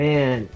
Man